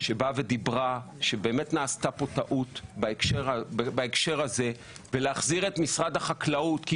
שאמרה שבאמת נעשתה פה טעות בהקשר הזה ולהחזיר את משרד החקלאות,